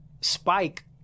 Spike